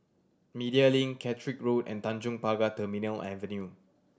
Media Link Caterick Road and Tanjong Pagar Terminal Avenue